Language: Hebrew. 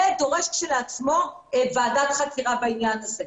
זה כשלעצמו דורש ועדת חקירה בעניין הזה.